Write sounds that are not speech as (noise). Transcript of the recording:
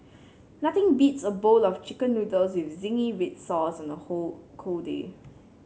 nothing beats a bowl of chicken noodles with zingy red sauce on a (unintelligible) cold day